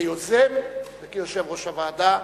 כיוזם וכיושב-ראש הוועדה,